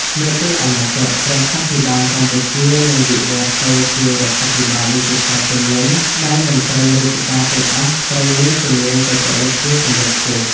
នាពេលអនាគត រដ្ឋាភិបាលកម្ពុជានឹងវិវត្តទៅជារដ្ឋាភិបាលឌីជីថលពេញលេញ ដែលមន្ត្រីរាជការទាំងអស់ត្រូវមានជំនាញបច្ចេកវិទ្យាកម្រិតខ្ពស់។